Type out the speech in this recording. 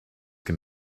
can